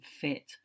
fit